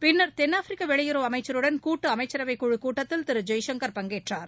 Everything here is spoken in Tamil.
பின்னர் தென்னாப்பிரிக்க வெளியுறவு அமைச்சருடன் கூட்டு அமைச்சரவைக்குழுக் கூட்டத்தில் திரு ஜெய்சங்கர் பங்கேற்றார்